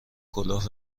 کلاه